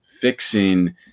fixing